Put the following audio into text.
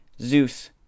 Zeus